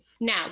now